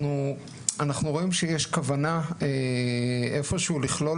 אנחנו רואים שיש כוונה איפשהו לכלול